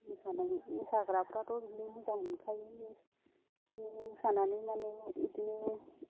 मोसानाय मोसाग्राफ्राथ' बिदिनो मोजां मोनखायो मोसानो मोसानानै माने बिदिनो